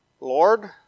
Lord